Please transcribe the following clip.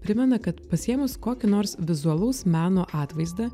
primena kad pasiėmus kokį nors vizualaus meno atvaizdą